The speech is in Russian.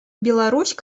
беларусь